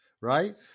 right